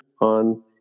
on